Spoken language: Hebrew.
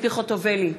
ציפי חוטובלי,